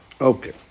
Okay